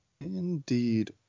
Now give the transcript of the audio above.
Indeed